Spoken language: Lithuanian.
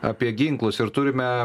apie ginklus ir turime